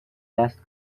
last